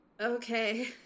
Okay